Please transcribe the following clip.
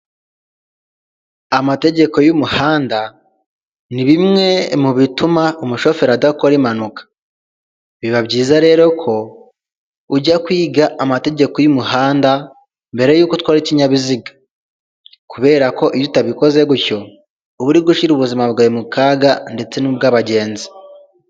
Amategeko y'umuhanda, ni bimwe mu bituma umushoferi adakora impanuka, biba byiza rero ko ujya kwiga amategeko y'umuhanda mbere y'uko utwara ikinyabiziga, kubera ko iyo utabikoze gutyo, uba uri gushyira ubuzima bwawe mu kaga ndetse n'ubw'abagenzi.